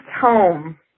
home